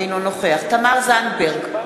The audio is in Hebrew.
אינו נוכח תמר זנדברג,